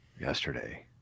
Yesterday